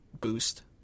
boost